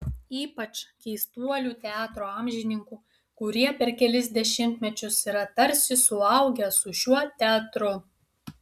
ypač keistuolių teatro amžininkų kurie per kelis dešimtmečius yra tarsi suaugę su šiuo teatru